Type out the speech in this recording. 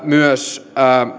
myös